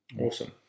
Awesome